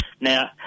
Now